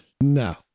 No